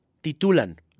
titulan